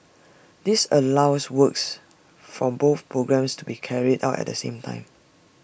this allows works for both programmes to be carried out at the same time